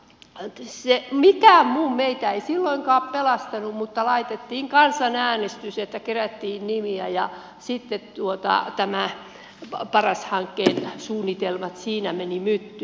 mikään muu meitä ei silloinkaan pelastanut mutta laitettiin kansanäänestys että kerättiin nimiä ja sitten paras hankkeen suunnitelmat siinä menivät myttyyn